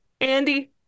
Andy